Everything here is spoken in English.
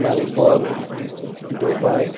Melbourne Dubai